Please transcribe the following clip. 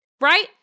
Right